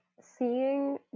seeing